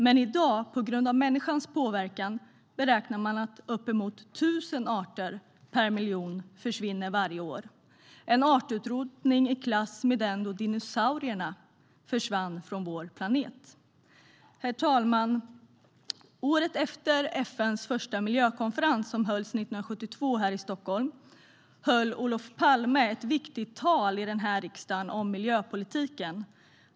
Men i dag, på grund av människans påverkan, räknar man med att uppemot tusen arter per miljon försvinner varje år. Det är en artutrotning i klass med den då dinosaurierna försvann från vår planet. Herr talman! Året före FN:s första miljökonferens, som hölls 1972 här i Stockholm, höll Olof Palme ett viktigt tal i riksdagen om miljöpolitiken.